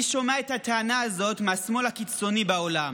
אני שומע את הטענה הזאת מהשמאל הקיצוני בעולם.